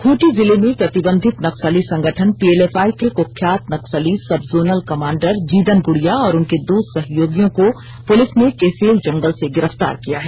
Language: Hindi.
खूंटी जिले में प्रतिबंधित नक्सली संगठन पीएलएफआई के कुख्यात नक्सली सबजोनल कमांडर जिदन गुड़िया और उनके दो सहयोगियों को पुलिस ने केसेल जंगल से गिरफ्तार किया है